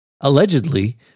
allegedly